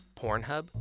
Pornhub